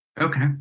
Okay